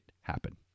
happen